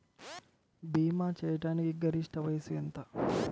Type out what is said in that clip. భీమా చేయాటానికి గరిష్ట వయస్సు ఎంత?